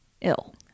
ill